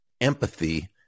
empathy